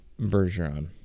Bergeron